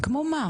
כמו מה?